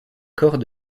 corps